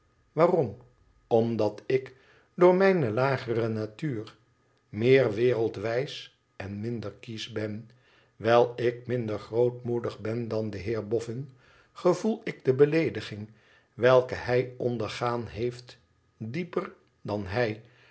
waarom omdat ik door mijne lagere natuur meer wereldwijs en minder kiesch ben wijl ik minder grootmoedig ben dan de heer boffin gevoel ik de beleediging welke hij onder gaan heeft dieper dan hij